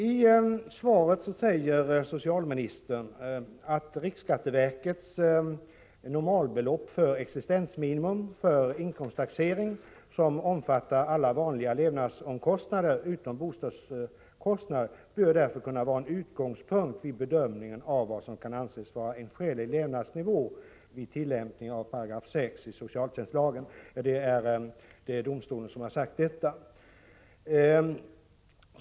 Där säger socialministern att riksskatteverkets normalbelopp för existensminimum vid inkomsttaxering, som omfattar alla vanliga levnadsomkostnader utom bostadskostnad, bör kunna vara en utgångspunkt vid bedömningen av vad som kan anses vara en skälig levnadsnivå vid tillämpningen av 6 § socialtjänstlagen. Det är domstolarna som uttalat detta.